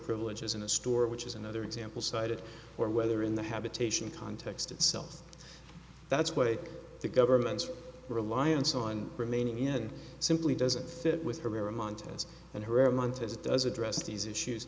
privileges in a store which is another example cited or whether in the habitation context itself that's what the government's reliance on remaining in simply doesn't fit with herrera montanus and her month as it does address these issues